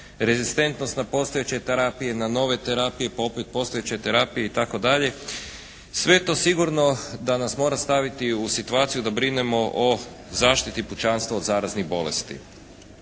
rezistentnost na postojeće terapije, na nove terapije, pa opet postojeće terapije itd., sve je to sigurno da nas mora staviti u situaciju da brinemo o zaštiti pučanstva od zaraznih bolesti.